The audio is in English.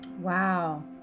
Wow